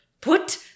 put